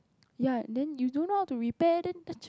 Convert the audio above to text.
ya then you don't know how to repair then then